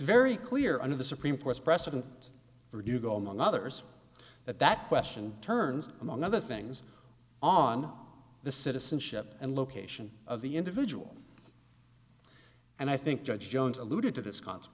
very clear under the supreme court's precedent or do go among others that that question turns among other things on the citizenship and location of the individual and i think judge jones alluded to this concept